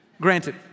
Granted